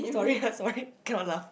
sorry ha sorry cannot laugh